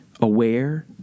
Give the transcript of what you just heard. aware